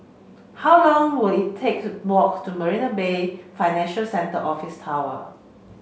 how long will it take to walk to Marina Bay Financial Centre Office Tower